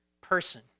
person